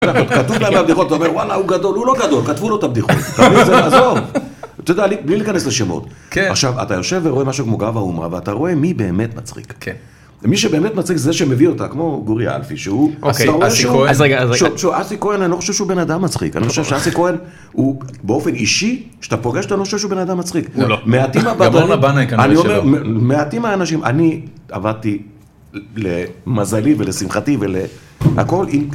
כתוב להם מהבדיחות, אתה אומר וואלה הוא גדול, הוא לא גדול, כתבו לו את הבדיחות, אני רוצה לעזוב. אתה יודע, בלי להיכנס לשמות. עכשיו, אתה יושב ורואה משהו כמו גב האומה, ואתה רואה מי באמת מצחיק. כן. מי שבאמת מצחיק זה שמביא אותה, כמו גורי אלפי, שהוא... אוקיי. אז רגע, אז רגע. שוב אסי כהן, אני לא חושב שהוא בן אדם מצחיק, אני חושב שאסי כהן הוא באופן אישי, כשאתה פוגש אותו, אני לא חושב שהוא בן אדם מצחיק, לא, מעטים האנשים, גם אורנה בנאי כנראה שלא, אני עבדתי למזלי, ולשמחתי, ול.. הכל אינק.